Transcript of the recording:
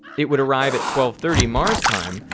it would arrive at twelve thirty mars time,